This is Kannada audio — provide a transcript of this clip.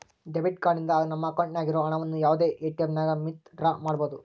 ಡೆಬಿಟ್ ಕಾರ್ಡ್ ನಿಂದ ನಮ್ಮ ಅಕೌಂಟ್ನಾಗ ಇರೋ ಹಣವನ್ನು ಯಾವುದೇ ಎಟಿಎಮ್ನಾಗನ ವಿತ್ ಡ್ರಾ ಮಾಡ್ಬೋದು